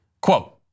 quote